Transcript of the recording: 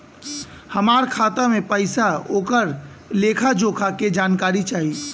हमार खाता में पैसा ओकर लेखा जोखा के जानकारी चाही?